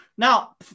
Now